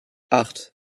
acht